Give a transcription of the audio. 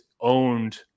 owned